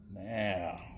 Now